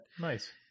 nice